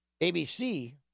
ABC